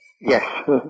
Yes